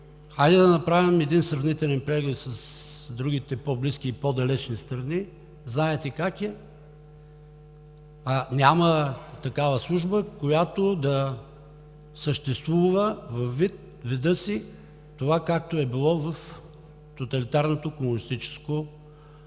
Хайде да направим един сравнителен преглед с другите по-близки и по-далечни страни, знаете как е – няма такава служба, която да съществува във вида така, както е било в тоталитарно комунистическо време.